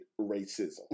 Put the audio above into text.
racism